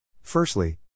Firstly